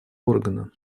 органа